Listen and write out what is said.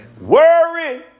Worry